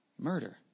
Murder